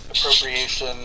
appropriation